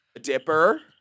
Dipper